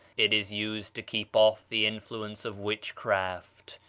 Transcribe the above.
it is used to keep off the influence of witchcraft.